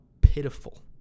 pitiful